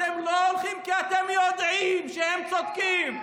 אתם לא הולכים כי אתם יודעים שהם צודקים.